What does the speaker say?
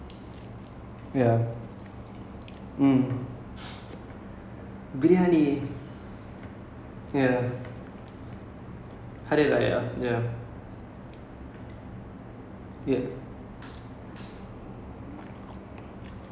but then I have an indian muslim neighbour so அங்க வந்து:anga vanthu for err ramzan right or um what's that hari raya right puasa !wah! mutton briyani is the best lah